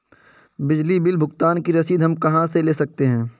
बिजली बिल भुगतान की रसीद हम कहां से ले सकते हैं?